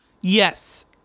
Yes